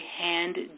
hand